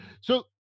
So-